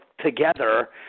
together